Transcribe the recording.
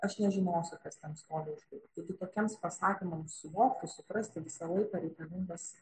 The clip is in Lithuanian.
aš nežinosiu kas ten stovi už durų taigi tokiems pasakymams suvokti suprasti visą laiką reikalingas